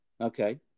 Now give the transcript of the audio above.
Okay